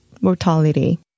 mortality